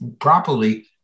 properly